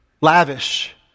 lavish